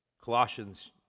Colossians